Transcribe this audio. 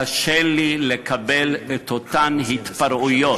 קשה לי לקבל את אותן התפרעויות,